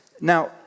Now